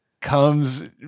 comes